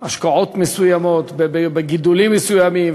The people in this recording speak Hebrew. השקעות מסוימות בגידולים מסוימים,